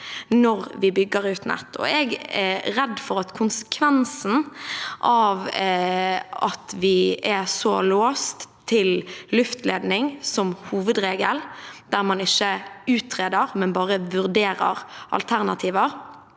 når vi bygger ut nett. Jeg er redd for at konsekvensen av at vi er så låst til luftledning som hovedregel – der man ikke utreder, men bare vurderer alternativer